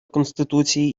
конституції